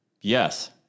Yes